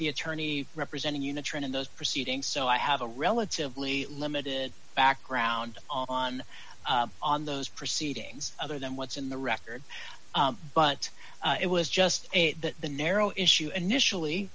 the attorney representing the trend in those proceedings so i have a relatively limited background on on those proceedings other than what's in the record but it was just the narrow issue initially